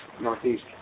Northeast